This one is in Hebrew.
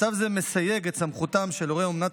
מצב זה מסייג את סמכותם של הורי אומנת